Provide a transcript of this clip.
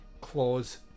clause